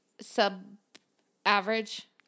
sub-average